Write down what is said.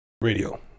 radio